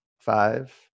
Five